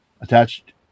attached